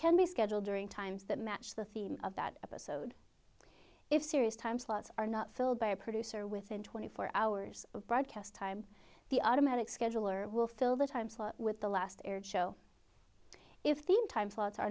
can be scheduled during times that match the theme of that episode if sirius time slots are not filled by a producer within twenty four hours of broadcast time the automatic scheduler will fill the time slot with the last show if team time slots are